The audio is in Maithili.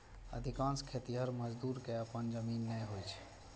अधिकांश खेतिहर मजदूर कें अपन जमीन नै होइ छै